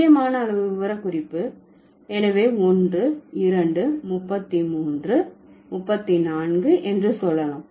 துல்லியமான அளவு விவரக்குறிப்பு எனவே ஒன்று இரண்டு முப்பத்திமூன்று முப்பத்திநான்கு என்று சொல்லலாம்